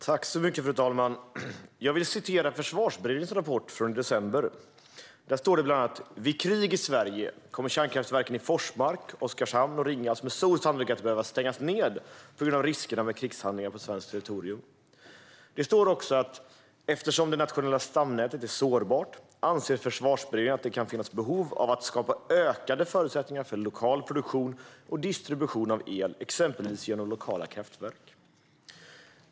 Fru talman! Jag vill citera Försvarsberedningens rapport från december. Det står bland annat: "Vid krig i Sverige kommer kärnkraftverken i Forsmark, Oskarshamn och Ringhals med stor sannolikhet att behöva stängas ned på grund av riskerna med krigshandlingar på svenskt territorium." Det står också: "Eftersom det nationella stamnätet är sårbart anser Försvarsberedningen att det kan finnas behov av att skapa ökade förutsättningar för lokal produktion och distribution av el som exempelvis genom lokala kraftverk."